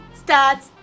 starts